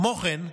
כמו כן,